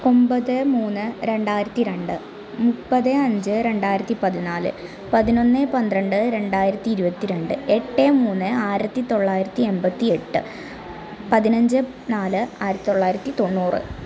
ഒമ്പത് മൂന്ന് രണ്ടായിരത്തി രണ്ട് മുപ്പത് അഞ്ച് രണ്ടായിരത്തി പതിനാല് പതിനൊന്ന് പന്ത്രണ്ട് രണ്ടായിരത്തി ഇരുപത്തിരണ്ട് എട്ട് മൂന്ന് ആയിരത്തി തൊള്ളായിരത്തി എൺപത്തി എട്ട് പതിനഞ്ച് നാല് ആയിരത്തി തൊള്ളായിരത്തി തൊണ്ണൂറ്